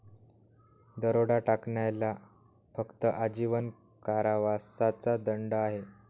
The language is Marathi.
दरोडा टाकण्याला फक्त आजीवन कारावासाचा दंड आहे